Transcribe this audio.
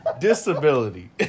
Disability